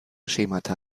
schemata